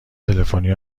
تلفنی